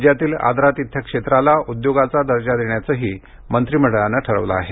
राज्यातील आदरातिथ्य क्षेत्राला उद्योगाचा दर्जा देण्याचंही मंत्रीमंडळानं ठऱवलं आहे